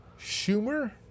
Schumer